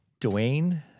Dwayne